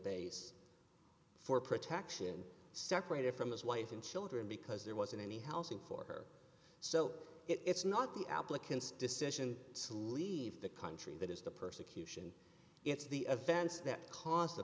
base for protection separated from his wife and children because there wasn't any housing for her so it's not the applicant's decision to leave the country that is the persecution it's the offense that c